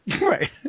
Right